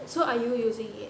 so are you using it